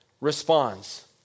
responds